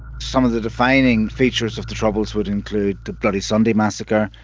some of the defining features of the troubles would include the bloody sunday massacre,